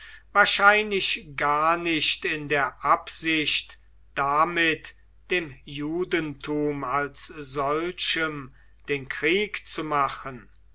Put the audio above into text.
wahrscheinlich gar nicht in der absicht damit dem judentum als solchem den krieg zu machen